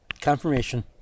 Confirmation